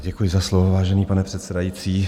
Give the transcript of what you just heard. Děkuji za slovo, vážený pane předsedající.